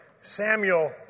Samuel